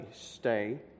Stay